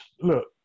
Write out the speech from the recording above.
look